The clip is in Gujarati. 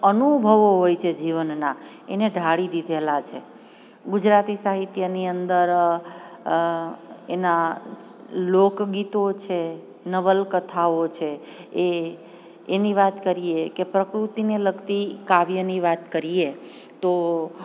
અનુભવો હોય છે જીવનના એને ઢાળી દીધેલા છે ગુજરાતી સાહિત્યની અંદર એના લોકગીતો છે નવલકથાઓ છે એ એની વાત કરીએ કે પ્રકૃતિને લગતી કાવ્યની વાત કરીએ તો